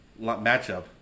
matchup